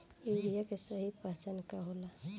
Urea के सही पहचान का होला?